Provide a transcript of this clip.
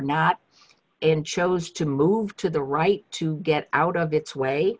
not in chose to move to the right to get out of its way